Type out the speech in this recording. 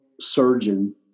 surgeon